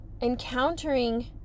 encountering